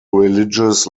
religious